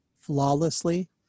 flawlessly